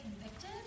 convicted